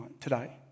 today